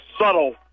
subtle